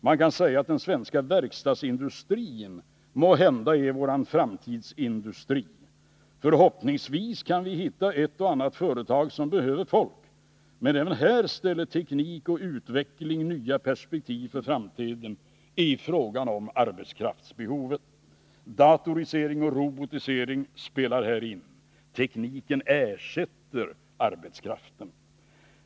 Man kan säga att den svenska verkstadsindustrin måhända är vår framtids industri. Förhoppningsvis kan vi hitta ett och annat företag som behöver folk, men även här öppnar teknik och utveckling nya perspektiv för framtiden i fråga om arbetskraftsbehovet. Datorisering och robotisering spelar här in. Tekniken ersätter arbetskraften.